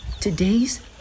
Today's